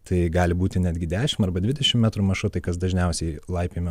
tai gali būti netgi dešim arba dvidešim metrų maršrutai kas dažniausiai laipiojame